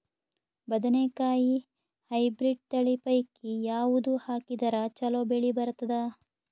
ಬದನೆಕಾಯಿ ಹೈಬ್ರಿಡ್ ತಳಿ ಪೈಕಿ ಯಾವದು ಹಾಕಿದರ ಚಲೋ ಬೆಳಿ ಬರತದ?